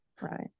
right